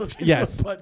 Yes